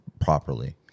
properly